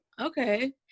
okay